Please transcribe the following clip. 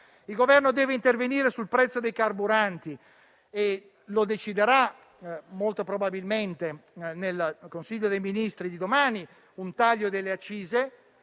Il Governo deve intervenire sul prezzo dei carburanti e molto probabilmente nel Consiglio dei ministri di domani deciderà un taglio delle accise.